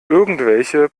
irgendwelche